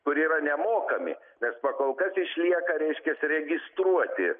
kur yra nemokami nes pakol kas išlieka reiškias registruoti